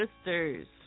sisters